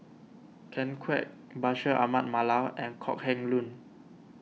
Ken Kwek Bashir Ahmad Mallal and Kok Heng Leun